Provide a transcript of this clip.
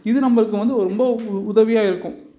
இது நம்மளுக்கு வந்து ரொம்ப உதவியாக இருக்கும்